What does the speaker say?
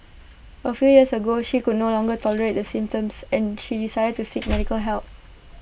A few years ago she could no longer tolerate the symptoms and she decided to seek medical help